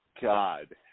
God